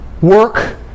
work